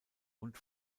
und